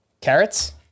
Carrots